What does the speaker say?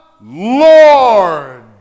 Lord